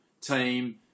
team